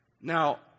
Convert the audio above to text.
Now